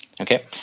Okay